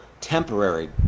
temporary